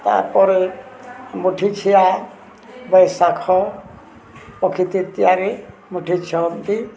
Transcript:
ତା'ପରେ ମୁଠି ଛିଆଁ ବୈଶାଖ ଅକ୍ଷି ତୃତୀୟାରେ ମୁଠି ଛିଅଁନ୍ତି